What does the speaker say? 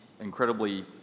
incredibly